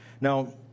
Now